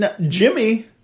Jimmy